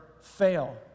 fail